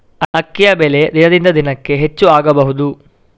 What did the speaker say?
ಅಕ್ಕಿಯ ಬೆಲೆ ದಿನದಿಂದ ದಿನಕೆ ಹೆಚ್ಚು ಆಗಬಹುದು?